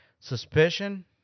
Suspicion